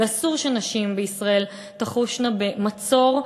ואסור שנשים בישראל תחושנה במצור,